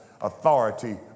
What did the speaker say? authority